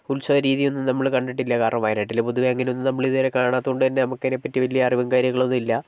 ഉത്സവ രീതിയൊന്നും നമ്മൾ കണ്ടിട്ടില്ല കാരണം വയനാട്ടിൽ പൊതുവേ അങ്ങനെയൊന്നും നമ്മൾ ഇതുവരെ കാണാത്തതുകൊണ്ട് തന്നെ നമുക്ക് അതിനെപ്പറ്റി വലിയ അറിവും കാര്യങ്ങളും ഒന്നുമില്ല